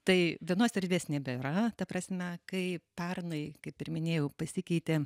tai vienos erdvės nebėra ta prasme kai pernai kaip ir minėjau pasikeitė